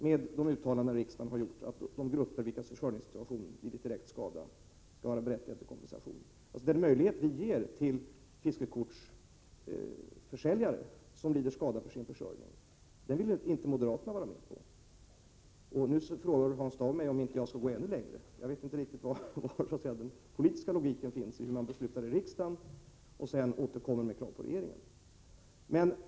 Jag syftar på riksdagens uttalande att de grupper vilkas försörjningssituation har lidit direkt skada skall vara berättigade till kompensation. Den möjlighet som vi ger fiskekortsförsäljare som lider skada i sin försörjning ville alltså inte moderaterna vara med om. Nu frågar Hans Dau om jag inte skall gå ännu längre. Då vet jag inte riktigt var den politiska logiken finns — beträffande vad man röstar för i riksdagen och vad man sedan kräver av regeringen.